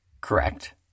Correct